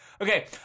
Okay